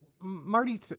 Marty